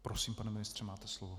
Prosím, pane ministře, máte slovo.